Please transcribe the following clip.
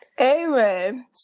Amen